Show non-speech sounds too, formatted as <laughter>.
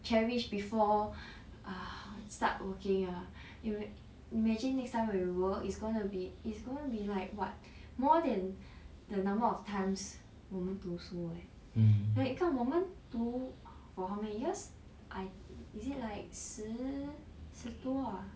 cherish before <breath> err start working ah 因为 imagine next time real world is gonna be it's gonna be like what more than the number of times 我们读书 eh wait 看我们读 for how many years I is it likes 十十多 ah